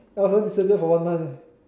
oh so disappear for one month